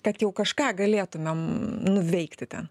kad jau kažką galėtumėm nuveikti ten